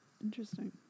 Interesting